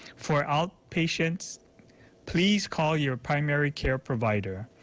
for outpatients, please call your primary care provider.